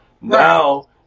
now